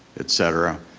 et cetera,